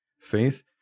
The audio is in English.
Faith